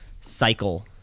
cycle